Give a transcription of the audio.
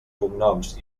cognoms